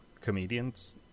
comedians